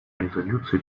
резолюций